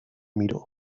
miró